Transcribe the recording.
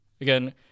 again